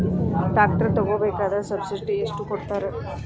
Tractor ತಗೋಬೇಕಾದ್ರೆ subsidy ಎಷ್ಟು ಕೊಡ್ತಾರ?